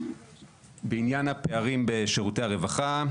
בעניין הפערים בשירותי הרווחה,